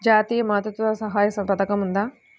జాతీయ మాతృత్వ సహాయ పథకం ఉందా?